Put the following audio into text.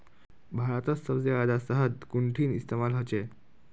भारतत सबसे जादा शहद कुंठिन इस्तेमाल ह छे